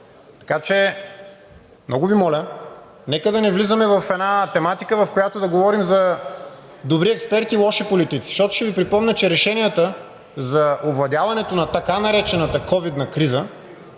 Така че, много Ви моля, нека да не влизаме в една тематика, в която да говорим за добри експерти, лоши политици, защото ще Ви припомня, че решенията за овладяването на така наречената ковидна криза